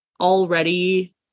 already